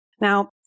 Now